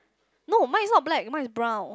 no mine is not black mine is brown